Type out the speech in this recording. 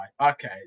Okay